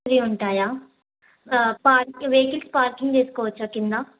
three ఉంటాయా four vehicles parking చేసుకోవచ్చా కింద